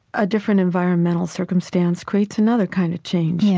a different environmental circumstance creates another kind of change,